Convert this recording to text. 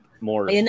more